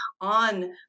on